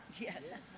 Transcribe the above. Yes